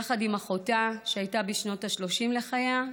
יחד עם אחותה, שהייתה בשנות ה-30 לחייה,